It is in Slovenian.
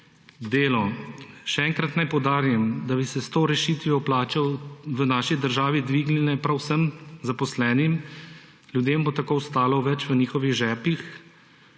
delo. Še enkrat naj poudarim, da bi se s to rešitvijo plače v naši državi dvignile prav vsem zaposlenim, ljudem bo tako ostalo več v njihovih žepih,